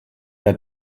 der